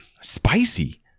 spicy